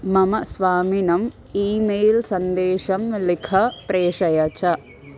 मम स्वामिनम् email सन्देशं लिख प्रेषय च